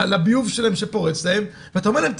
לביוב שפורץ להן ואתה אומר להן,